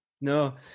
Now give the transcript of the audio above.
No